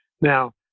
Now